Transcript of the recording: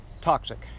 toxic